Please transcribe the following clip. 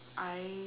I